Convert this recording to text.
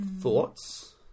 thoughts